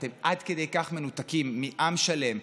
אתם עד כדי כך מנותקים מעם שלם,